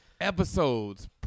episodes